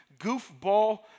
goofball